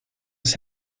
his